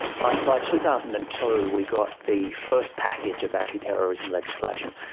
but by two thousand and two we got the first package of anti-terrorism legislation,